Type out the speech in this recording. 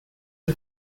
are